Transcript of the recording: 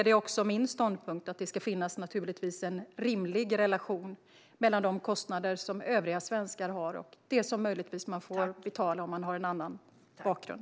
Det är min ståndpunkt att det ska finnas en rimlig relation mellan de kostnader som svenskar i övrigt har och det som man möjligtvis får betala om man har en annan bakgrund.